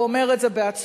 והוא אומר את זה בעצמו,